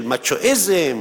של מצ'ואיזם,